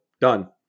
done